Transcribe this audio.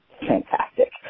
Fantastic